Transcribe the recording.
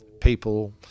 people